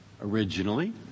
Originally